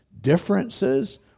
differences